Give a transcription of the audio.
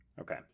Okay